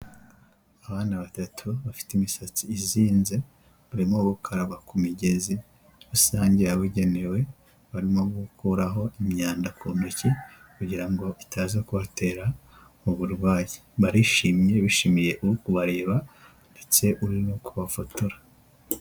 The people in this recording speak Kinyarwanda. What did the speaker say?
Abana batatu bafite imisatsi izinze barimo gukaraba ku migezi rusange yabugenewe, barimo gukuraho imyanda ku ntoki kugira ngo itaza kubatera uburwayi, barishimye bishimiye uri kubareba ndetse urimo kubafotora.